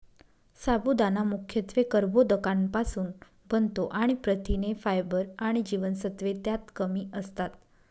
साबुदाणा मुख्यत्वे कर्बोदकांपासुन बनतो आणि प्रथिने, फायबर आणि जीवनसत्त्वे त्यात कमी असतात